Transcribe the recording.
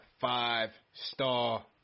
five-star